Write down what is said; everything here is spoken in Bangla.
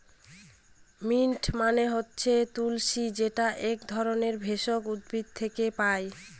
মিন্ট মানে হচ্ছে তুলশী যেটা এক ধরনের ভেষজ উদ্ভিদ থেকে পায়